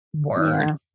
word